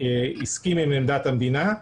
הסכים עם עמדת המדינה,